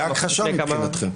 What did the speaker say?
הייתה הכחשה מבחינתכם.